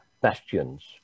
bastions